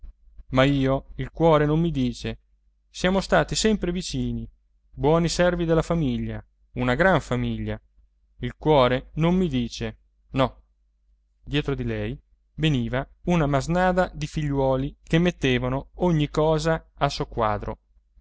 ma io il cuore non mi dice siamo stati sempre vicini buoni servi della famiglia una gran famiglia il cuore non mi dice no dietro di lei veniva una masnada di figliuoli che mettevano ogni cosa a soqquadro